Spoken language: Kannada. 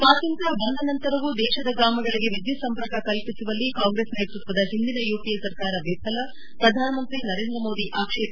ಸ್ವಾತಂತ್ರ್ಯ ಬಂದ ನಂತರವೂ ದೇಶದ ಗ್ರಾಮಗಳಿಗೆ ವಿದ್ಯುತ್ ಸಂಪರ್ಕ ಕಲ್ಪಿಸುವಲ್ಲಿ ಕಾಂಗ್ರೆಸ್ ನೇತೃತ್ವದ ಹಿಂದಿನ ಯುಪಿಎ ಸರ್ಕಾರ ವಿಫಲ ಪ್ರಧಾನಮಂತ್ರಿ ನರೇಂದ್ರಮೋದಿ ಆಕ್ಷೇಪ